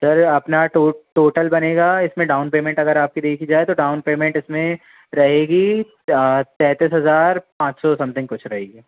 sir अपना total बनेगा इसमें डाउन पेमेंट अगर आपकी देखी जाए तो डाउन पेमेंट इसमें रहेगी तैंतीस हज़ार पाँच सौ समथिंग कुछ रहेगी